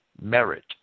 merit